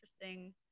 interesting